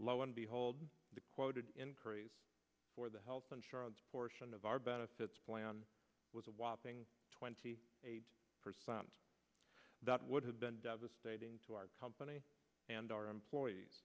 lo and behold the quoted in praise for the health insurance portion of our benefits plan was a whopping twenty eight percent that would have been devastating to our company and our employees